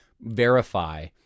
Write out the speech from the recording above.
verify